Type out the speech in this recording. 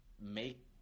make